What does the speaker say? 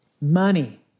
money